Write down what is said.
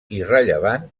irrellevant